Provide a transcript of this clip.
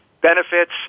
benefits